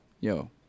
Yo